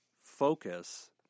focus